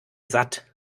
satt